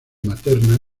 materna